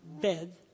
bed